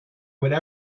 would